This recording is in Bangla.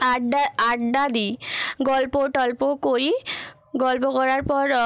আড্ডা আড্ডা দিই গল্প টল্প করি গল্প করার পর